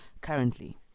currently